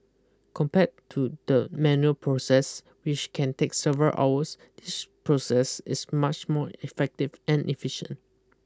compared to the manual process which can take several hours this process is much more effective and efficient